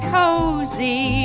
cozy